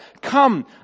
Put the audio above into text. come